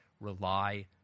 rely